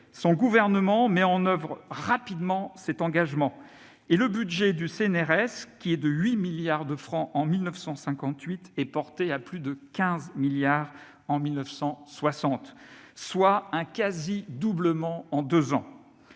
Son gouvernement met en oeuvre rapidement cet engagement et le budget du CNRS, qui est de 8 milliards de francs en 1958, est porté à plus de 15 milliards en 1960, soit un quasi-doublement en deux ans.